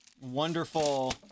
wonderful